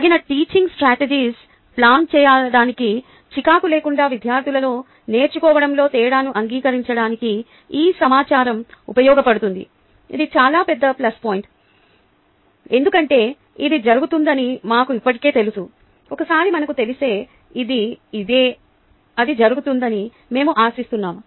తగిన teaching strategies plan చేయడానికి చికాకు లేకుండా విద్యార్థులలో నేర్చుకోవడంలో తేడాలను అంగీకరించడానికి ఈ సమాచారం ఉపయోగపడుతుంది ఇది చాలా పెద్ద ప్లస్ పాయింట్ ఎందుకంటే ఇది జరుగుతుందని మాకు ఇప్పటికే తెలుసు ఒకసారి మనకు తెలిస్తే ఇది ఇదే అది జరుగుతుందని మేము ఆశిస్తున్నాము